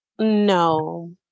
No